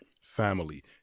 family